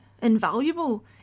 invaluable